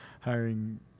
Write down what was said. hiring